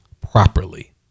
properly